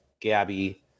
Gabby